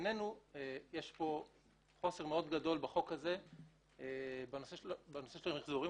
יש חוסר מאוד גדול בנושא של המחזורים.